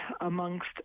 amongst